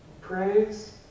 praise